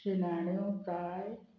शिणाण्यो फ्राय